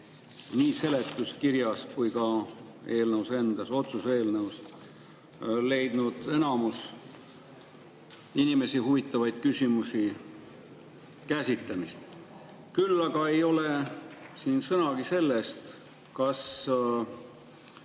nii seletuskirjas kui ka otsuse eelnõus endas leidnud enamik inimesi huvitavaid küsimusi käsitlemist. Küll aga ei ole siin sõnagi sellest, kas